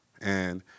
and-